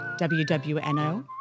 WWNO